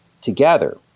together